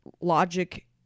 logic